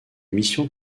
missions